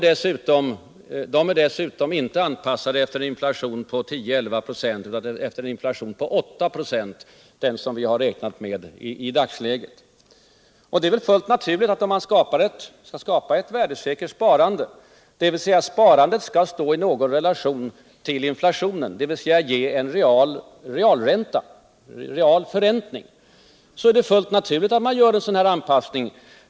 De är dessutom inte anpassade efter en inflation på 10-11 96 utan efter en inflation på 8 ?6, den som vi har räknat med i dagsläget. Skall man skapa ett värdesäkert sparande — dvs. sparandet skall stå i någon relation till inflationen och ge en realförräntning — är det fullt naturligt att man gör en sådan här anpassning.